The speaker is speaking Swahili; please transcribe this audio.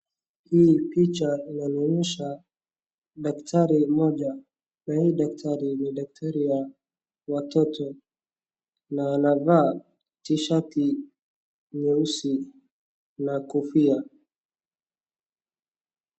Hii picha inanionyesha daktari mmoja na huyu daktari ni daktari wa watoto na anavaa T-shati nyeusi na kofia.